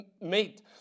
meet